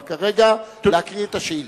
אבל כרגע להקריא את השאילתא.